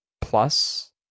Plus